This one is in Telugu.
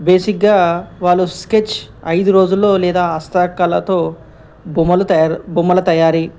బేసిక్గా వాళ్ళు స్కెచ్ ఐదు రోజుల్లో లేదా హస్త కళతో బొమ్మలు తయారు బొమ్మల తయారీ